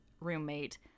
roommate